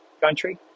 country